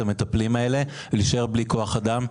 המטפל האלה וגורמת להם להישאר בלי כוח אדם.